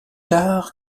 tard